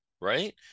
Right